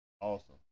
Awesome